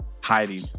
hiding